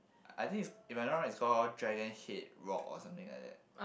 I think it's if I'm not wrong is called dragon head rock or something like that